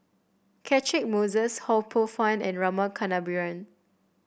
Catchick Moses Ho Poh Fun and Rama Kannabiran